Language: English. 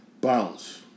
Bounce